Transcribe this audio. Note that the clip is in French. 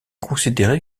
considéré